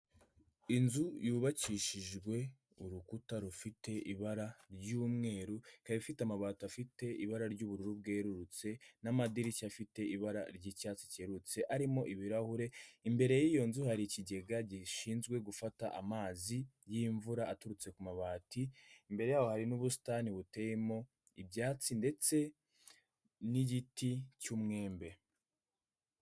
Inzu yubakishijwe urukuta rufite ibara ry'umweru, ikaba ifite amabati afite ibara ry'ubururu bwerurutse, n'amadirishya afite ibara ry'icyatsi cyerurutse, arimo ibirahure imbere y'iyo nzu hari ikigega gishinzwe gufata amazi y'imvura aturutse ku mabati, imbere yaho hari n'ubusitani buteyemo ibyatsi ndetse n'igiti cy'umwembe.